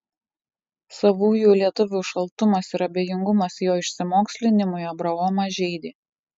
savųjų lietuvių šaltumas ir abejingumas jo išsimokslinimui abraomą žeidė